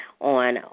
on